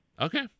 Okay